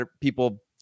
people